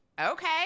Okay